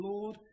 Lord